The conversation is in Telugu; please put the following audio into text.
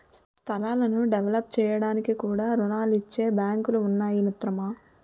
స్థలాలను డెవలప్ చేయడానికి కూడా రుణాలిచ్చే బాంకులు ఉన్నాయి మిత్రమా